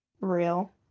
real